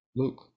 look